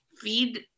feed